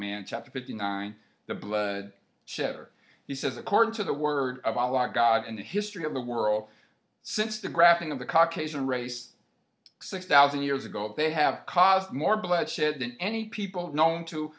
man chapter fifty nine the blue chip or he says according to the word of god and history of the world since the graphing of the caucus and race six thousand years ago they have caused more bloodshed than any people known to